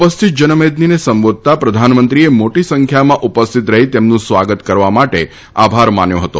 ઉપસ્થિત જનમદ્યનીન સંબોધતા પ્રધાનમંત્રીએ મોટી સંખ્યામાં ઉપસ્થિત રહીન તમ્રનું સ્વાગત કરવા માટે આભાર માન્યો હતો